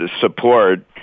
support